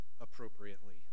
appropriately